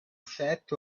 set